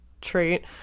trait